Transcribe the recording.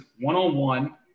one-on-one